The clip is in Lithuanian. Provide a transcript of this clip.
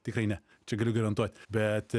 tikrai ne čia galiu garantuot bet